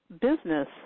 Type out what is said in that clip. business